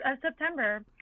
September